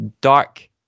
dark